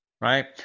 Right